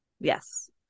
Yes